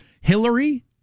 Hillary